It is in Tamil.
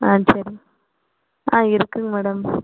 ஆ சரி ஆ இருக்குங்க மேடம்